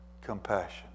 compassion